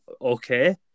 okay